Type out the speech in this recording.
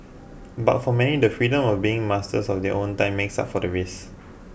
but for many the freedom of being master of their own time makes up for the risk